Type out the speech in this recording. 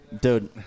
dude